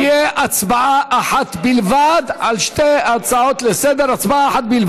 תהיה הצבעה אחת בלבד על שתי הצעות לסדר-היום.